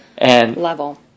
level